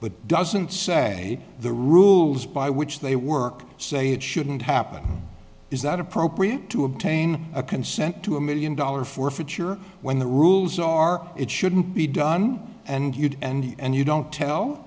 but doesn't say the rules by which they work say it shouldn't happen is that appropriate to obtain a consent to a million dollar forfeiture when the rules are it shouldn't be done and you and you don't tell